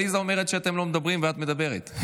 עליזה אומרת שאתם לא מדברים ואת מדברת.